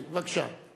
(חבר הכנסת ג'מאל זחאלקה יוצא מאולם המליאה.) בבקשה.